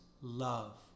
love